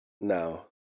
No